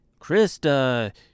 Krista